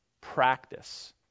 practice